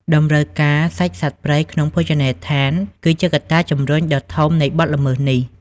តម្រូវការសាច់សត្វព្រៃក្នុងភោជនីយដ្ឋានគឺជាកត្តាជំរុញដ៏ធំនៃបទល្មើសនេះ។